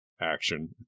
action